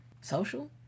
social